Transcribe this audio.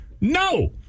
no